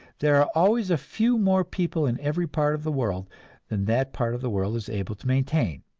there are always a few more people in every part of the world than that part of the world is able to maintain.